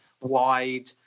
wide